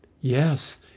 Yes